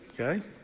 Okay